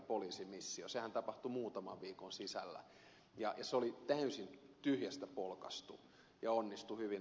sehän tapahtui muutaman viikon sisällä ja se oli täysin tyhjästä polkaistu ja onnistui hyvin